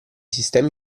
sistemi